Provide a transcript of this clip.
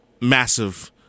massive